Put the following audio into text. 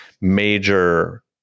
major